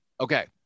Okay